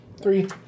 Three